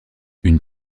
une